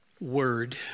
word